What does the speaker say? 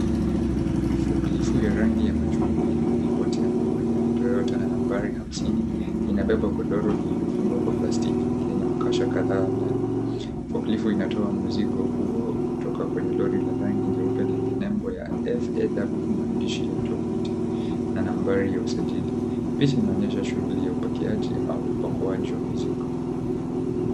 Foklifu ya rangi ya machungwa iloandikwa tembo ya Toyota na nambari hamsini inabeba godoro lililofungwa kwa plastiki lenye makasha kadhaa ndani. Foklifu inatoa mzigo huo kutoka kwenye lori la rangi nyeupe lenye nembo ya FAW maandishi ya tovuti na nambari ya usajili. Picha inaonyesha shughuli ya upakiaji au upakuaji wa mizigo.